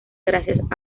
gracias